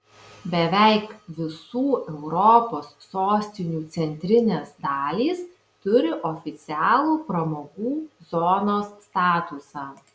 beveik visų europos sostinių centrinės dalys turi oficialų pramogų zonos statusą